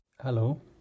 Hello